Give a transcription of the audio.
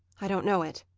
i don't know it.